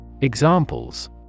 Examples